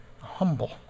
humble